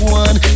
one